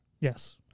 Yes